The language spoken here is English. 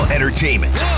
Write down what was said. Entertainment